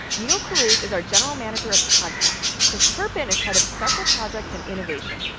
neal carruth is our general manager of podcasts. chris turpin is head of special projects and innovation.